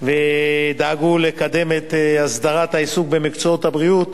ודאגו לקדם את הסדרת העיסוק במקצועות הבריאות,